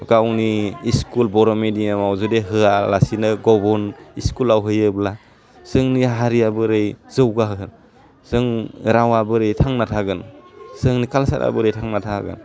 गावनि स्कुल बर' मेडियामाव जुदि होया लासेनो गुबुन स्कुलाव होयोब्ला जोंनि हारिया बोरै जौगा होगोन जों रावा बोरै थांना थागोन जोंनि कालसारा बोरै थांना थागोन